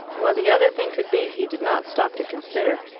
what the other thing could be he did not stop to consider.